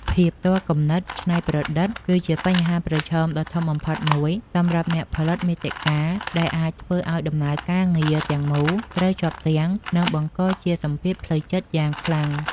ភាពទាល់គំនិតច្នៃប្រឌិត គឺជាបញ្ហាប្រឈមដ៏ធំបំផុតមួយសម្រាប់អ្នកផលិតមាតិកា ដែលអាចធ្វើឱ្យដំណើរការងារទាំងមូលត្រូវជាប់គាំង និងបង្កជាសម្ពាធផ្លូវចិត្តយ៉ាងខ្លាំង។